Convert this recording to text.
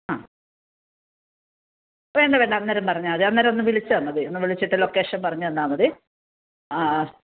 ആ വേണ്ട വേണ്ട അന്നേരം പറഞ്ഞാൽ മതി അന്നേരം ഒന്ന് വിളിച്ചാൽ മതി ഒന്ന് വിളിച്ചിട്ട് ലൊക്കേഷൻ പറഞ്ഞുതന്നാൽ മതി ആ ആ